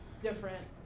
different